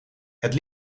het